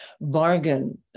bargain